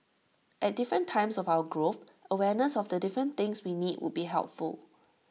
at different times of our growth awareness of the different things we need would be helpful